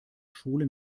schule